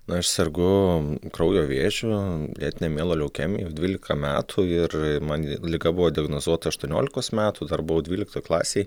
na aš sergu kraujo vėžiu lėtine mieloleukemija jau dvylika metų ir man liga buvo diagnozuota aštuoniolikos metų dar buvau dvyliktoj klasėj